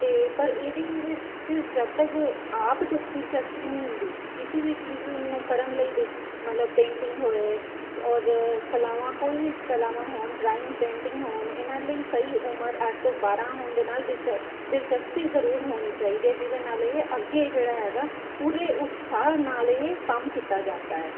ਅਤੇ ਪਰ ਇਹਦੇ ਇਹਦੇ 'ਚ ਜਦ ਤੱਕ ਆਪ ਡਿ ਦਿਸਚਸਪੀ ਨਹੀਂ ਹੁੰਦੀ ਕਿਸੇ ਵੀ ਚੀਜ਼ ਨੂੰ ਕਰਨ ਲਈ ਦਿਲ ਮਤਲਬ ਪੇਂਟਿੰਗ ਹੋਏ ਔਰ ਕਲਾਵਾਂ ਕੋਈ ਵੀ ਕਲਾਵਾਂ ਹੋਣ ਡਰਾਇੰਗ ਪੇਂਟਿੰਗ ਹੋਣ ਇਹਨਾਂ ਲਈ ਸਹੀ ਉਮਰ ਅੱਠ ਤੋਂ ਬਾਰ੍ਹਾਂ ਹੋਣ ਦੇ ਨਾਲ਼ ਦਿਲਚ ਦਿਲਚਸਪੀ ਜ਼ਰੂਰ ਹੋਣੀ ਚਾਹੀਦੀ ਹੈ ਜਿਹਦੇ ਨਾਲ਼ ਇਹ ਅੱਗੇ ਜਿਹੜਾ ਹੈਗਾ ਪੂਰੇ ਉਤਸਾਹ ਨਾਲ਼ ਇਹ ਕੰਮ ਕੀਤਾ ਜਾਂਦਾ ਹੈ